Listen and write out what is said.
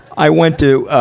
i went to, ah,